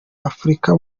afurika